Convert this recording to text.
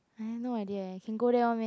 I have no idea eh can go there one meh